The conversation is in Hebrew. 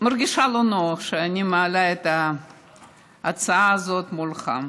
אני מרגישה לא נוח שאני מעלה את ההצעה הזאת מולך,